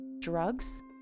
drugs